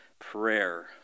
Prayer